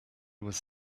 was